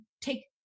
take